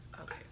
okay